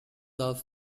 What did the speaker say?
das